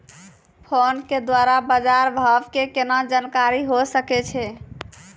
Phone के द्वारा बाज़ार भाव के केना जानकारी होय सकै छौ?